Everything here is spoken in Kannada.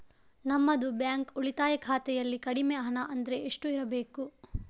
ನಮ್ಮದು ಬ್ಯಾಂಕ್ ಉಳಿತಾಯ ಖಾತೆಯಲ್ಲಿ ಕಡಿಮೆ ಹಣ ಅಂದ್ರೆ ಎಷ್ಟು ಇರಬೇಕು?